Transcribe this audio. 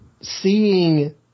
Seeing